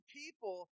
people